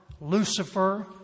Lucifer